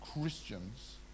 Christians